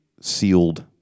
sealed